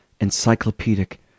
encyclopedic